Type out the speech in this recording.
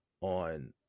on